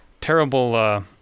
terrible